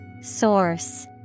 Source